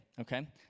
okay